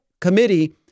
committee